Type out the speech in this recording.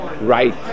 right